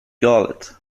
galet